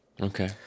okay